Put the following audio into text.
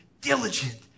diligent